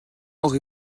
aurez